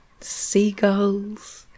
Seagulls